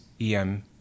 EM